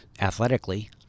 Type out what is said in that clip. athletically